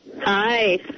Hi